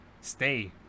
stay